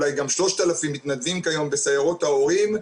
אולי גם 3,000 מתנדבים כיום בסיירות ההורים.